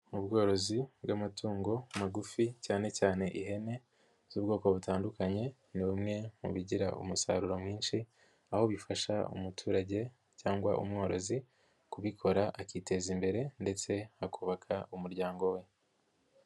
Ubworozi bw'amatungo magufi cyane cyane ihene z'ubwoko butandukanye ni bumwe mu bigira umusaruro mwinshi aho bifasha umuturage cyangwa umworozi kubikora akiteza imbere ndetse akubaka umuryango we.